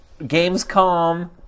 Gamescom